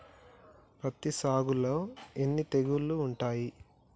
పత్తి సాగులో ఎన్ని తెగుళ్లు ఉంటాయి?